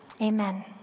Amen